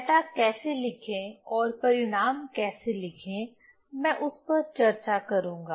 data कैसे लिखें और परिणाम कैसे लिखें मैं उस पर चर्चा करूंगा